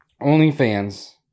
OnlyFans